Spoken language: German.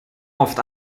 oft